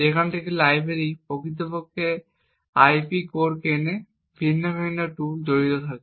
যেখান থেকে কোম্পানি প্রকৃতপক্ষে আইপি কোর কেনে ভিন্ন ভিন্ন টুল জড়িত থাকে